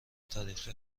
تاریخ